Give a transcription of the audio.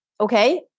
okay